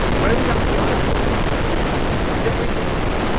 rents out the auditorium never read this story,